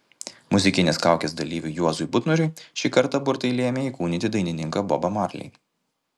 muzikinės kaukės dalyviui juozui butnoriui šį kartą burtai lėmė įkūnyti dainininką bobą marley